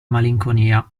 malinconia